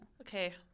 Okay